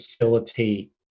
facilitate